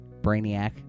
Brainiac